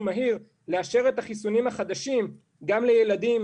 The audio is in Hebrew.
מהיר את החיסונים החדשים גם לילדים,